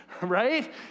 right